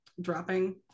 dropping